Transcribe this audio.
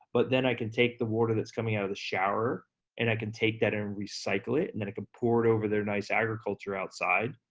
but then i can take the water that's coming out of the shower and i can take that and recycle it, and then i could pour it over their nice agriculture outside,